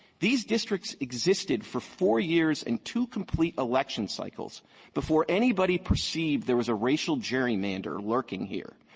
these districts existed for four years and two complete election cycles before anybody perceived there was a racial gerrymander lurking here.